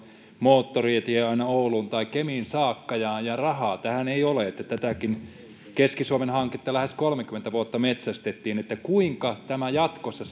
moottoritie aina ouluun tai kemiin saakka ja ja rahaa tähän ei ole että tätäkin keski suomen hanketta lähes kolmekymmentä vuotta metsästettiin kuinka jatkossa